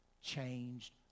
changed